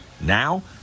now